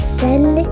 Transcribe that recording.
send